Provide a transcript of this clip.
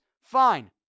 Fine